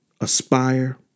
aspire